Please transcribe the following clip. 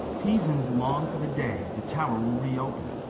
pisans long for the day the tower will reopen.